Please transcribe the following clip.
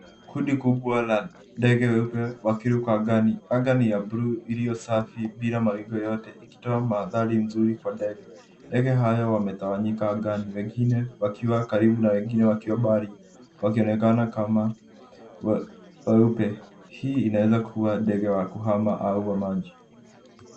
Kundi kubwa la ndege weupe wakiruka angani. Anga ni ya bluu iliyosafi bila mawingu yoyote, ikitoa mandari nzuri kwa ndege. Ndege hao wametawanyika angani, wengine wakiwa karibu na wengine wakiwa mbali, wakionekana kama weupe. Hii inaweza kuwa ndege wa kuhama au wa maji.